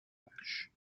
vache